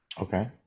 Okay